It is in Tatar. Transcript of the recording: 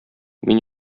мин